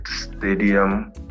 stadium